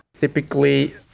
Typically